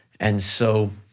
and so,